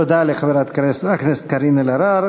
תודה לחברת הכנסת קארין אלהרר.